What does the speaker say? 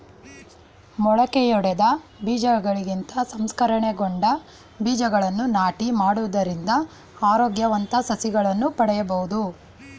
ಮೊಳಕೆಯೊಡೆದ ಬೀಜಗಳಿಗಿಂತ ಸಂಸ್ಕರಣೆಗೊಂಡ ಬೀಜಗಳನ್ನು ನಾಟಿ ಮಾಡುವುದರಿಂದ ಆರೋಗ್ಯವಂತ ಸಸಿಗಳನ್ನು ಪಡೆಯಬೋದು